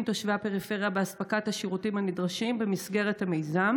תושבי הפריפריה באספקת השירותים הנדרשים במסגרת המיזם?